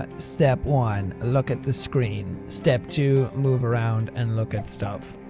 but step one look at the screen. step two move around and look at stuff.